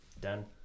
Done